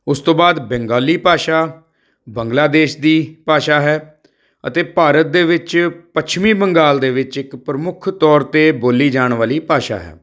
ਉਸ ਤੋਂ ਬਾਅਦ ਬੰਗਾਲੀ ਭਾਸ਼ਾ ਬੰਗਲਾਦੇਸ਼ ਦੀ ਭਾਸ਼ਾ ਹੈ ਅਤੇ ਭਾਰਤ ਦੇ ਵਿੱਚ ਪੱਛਮੀ ਬੰਗਾਲ ਦੇ ਵਿੱਚ ਇੱਕ ਪ੍ਰਮੁੱਖ ਤੌਰ 'ਤੇ ਬੋਲੀ ਜਾਣ ਵਾਲੀ ਭਾਸ਼ਾ ਹੈ